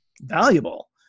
valuable